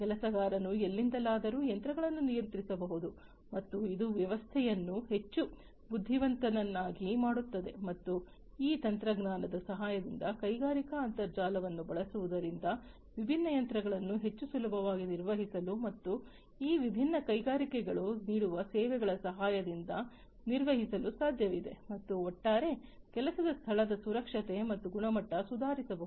ಕೆಲಸಗಾರನು ಎಲ್ಲಿಂದಲಾದರೂ ಯಂತ್ರವನ್ನು ನಿಯಂತ್ರಿಸಬಹುದು ಮತ್ತು ಇದು ವ್ಯವಸ್ಥೆಯನ್ನು ಹೆಚ್ಚು ಬುದ್ಧಿವಂತನನ್ನಾಗಿ ಮಾಡುತ್ತದೆ ಮತ್ತು ಈ ತಂತ್ರಜ್ಞಾನದ ಸಹಾಯದಿಂದ ಕೈಗಾರಿಕಾ ಅಂತರ್ಜಾಲವನ್ನು ಬಳಸುವುದರಿಂದ ವಿಭಿನ್ನ ಯಂತ್ರಗಳನ್ನು ಹೆಚ್ಚು ಸುಲಭವಾಗಿ ನಿರ್ವಹಿಸಲು ಮತ್ತು ಈ ವಿಭಿನ್ನ ಕೈಗಾರಿಕೆಗಳು ನೀಡುವ ಸೇವೆಗಳ ಸಹಾಯದಿಂದ ನಿರ್ವಹಿಸಲು ಸಾಧ್ಯವಿದೆ ಮತ್ತು ಒಟ್ಟಾರೆ ಕೆಲಸದ ಸ್ಥಳದ ಸುರಕ್ಷತೆ ಮತ್ತು ಗುಣಮಟ್ಟ ಸುಧಾರಿಸಬಹುದು